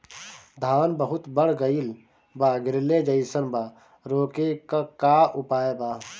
धान बहुत बढ़ गईल बा गिरले जईसन बा रोके क का उपाय बा?